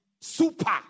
super